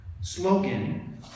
slogan